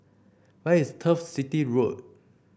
where is Turf City Road